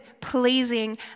pleasing